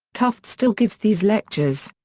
tufte still gives these lectures.